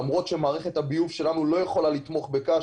למרות שמערכת הביוב שלנו לא יכולה לתמוך בקש